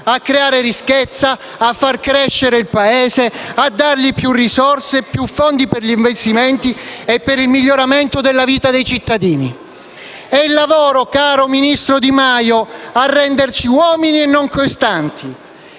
a creare ricchezza, far crescere il Paese e dargli più risorse e fondi per gli investimenti e per il miglioramento della vita dei cittadini. È il lavoro, caro ministro Di Maio, a renderci uomini e non questuanti.